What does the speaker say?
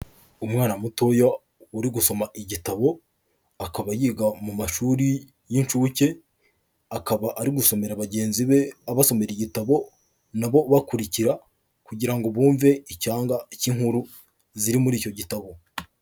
Umwana mutoya uri gusoma igitabo, akaba yiga mu mashuri y'inshuke, akaba ari gusomera bagenzi be, abasomera igitabo na bo bakurikira kugira bumve icyanga k'inkuru ziri muri icyo gitabo.